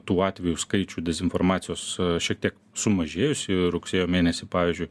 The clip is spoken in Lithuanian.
tų atvejų skaičių dezinformacijos šiek tiek sumažėjusį rugsėjo mėnesį pavyzdžiui